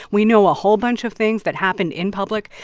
we know a whole bunch of things that happened in public.